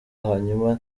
hanyuma